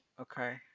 Okay